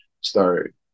start